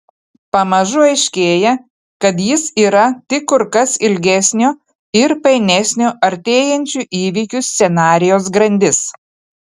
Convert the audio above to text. pamažu aiškėja kad jis yra tik kur kas ilgesnio ir painesnio artėjančių įvykių scenarijaus grandis